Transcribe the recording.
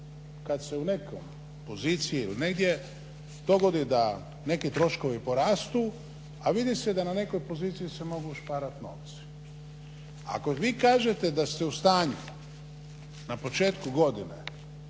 kad se u nekoj poziciji ili negdje dogodi da neki troškovi porastu a vidi se da na nekoj poziciji se moglo šparat novce. Ako vi kažete da ste u stanju na početku godine